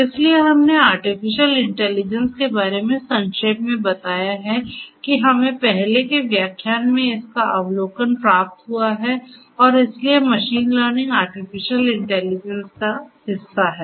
इसलिए हमने artificial intelligence के बारे में संक्षेप में बताया है कि हमें पहले के व्याख्यान में इसका अवलोकन प्राप्त हुआ है और इसलिए मशीन लर्निंग आर्टिफिशियल इंटेलिजेंस का हिस्सा है